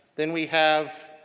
then we have,